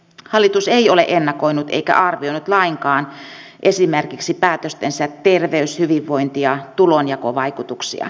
hallitus ei ole ennakoinut eikä arvioinut lainkaan esimerkiksi päätöstensä terveys hyvinvointi ja tulonjakovaikutuksia